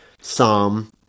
Psalm